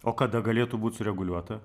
o kada galėtų būti sureguliuota